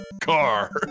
Car